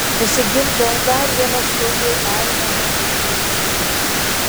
pasigirdo dar viena skaudi aimana iš pašiūrės